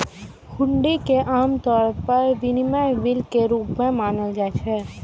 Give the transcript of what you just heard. हुंडी कें आम तौर पर विनिमय बिल के रूप मे मानल जाइ छै